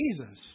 Jesus